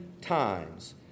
times